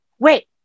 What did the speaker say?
wait